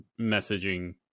messaging